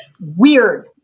weird